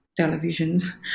televisions